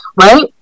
right